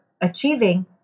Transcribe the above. achieving